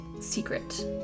secret